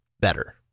better